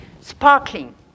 sparkling